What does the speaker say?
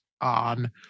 on